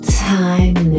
time